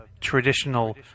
traditional